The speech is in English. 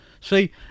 see